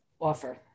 offer